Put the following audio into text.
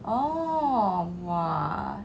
oh !wah!